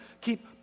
keep